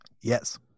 Yes